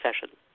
session